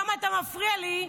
למה אתה מפריע לי?